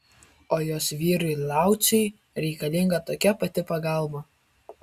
o jos vyrui lauciui reikalinga tokia pati pagalba